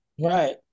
Right